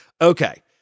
okay